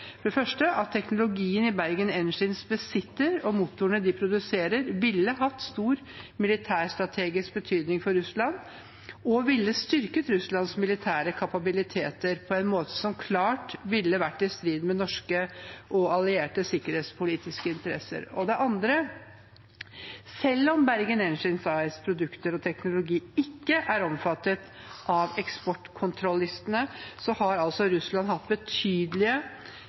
Det første er at teknologien Bergen Engines besitter, og motorene de produserer, ville hatt stor militærstrategisk betydning for Russland og styrket Russlands militære kapabiliteter på en måte som klart ville vært i strid med norske og allierte sikkerhetspolitiske interesser. Det andre er at selv om Bergen Engines’ produkter og teknologi ikke er omfattet av eksportkontrollistene, har Russland hatt betydelige